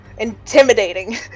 Intimidating